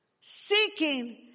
seeking